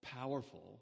powerful